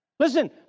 Listen